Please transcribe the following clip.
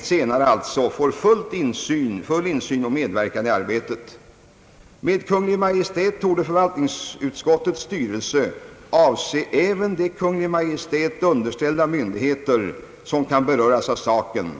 senare alltså får tillfälle till full insyn och medverkan i arbetet. Med ”Kungl. Maj:P torde förvaltningskontorets styrelse avse även de Kungl. Maj:t underställda myndigheter som kan beröras av saken.